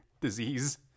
disease